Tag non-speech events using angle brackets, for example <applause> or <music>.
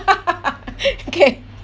<laughs> okay